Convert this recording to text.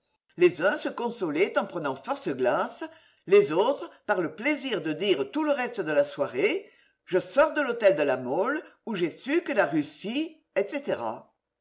les uns se consolaient en prenant force glaces les autres par le plaisir de dire tout le reste de la soirée je sors de l'hôtel de la mole où j'ai su que la russie etc